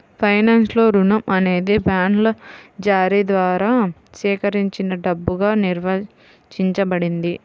ఫైనాన్స్లో, రుణం అనేది బాండ్ల జారీ ద్వారా సేకరించిన డబ్బుగా నిర్వచించబడింది